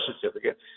certificate